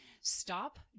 stop